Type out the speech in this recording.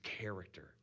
character